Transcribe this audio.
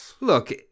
look